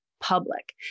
public